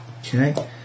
Okay